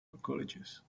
colleges